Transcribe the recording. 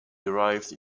derived